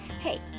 Hey